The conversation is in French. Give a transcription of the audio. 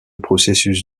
processus